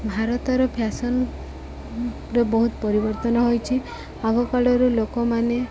ଭାରତର ଫ୍ୟାସନ୍ର ବହୁତ ପରିବର୍ତ୍ତନ ହୋଇଛିି ଆଗକାଲର ଲୋକମାନେ